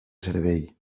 servei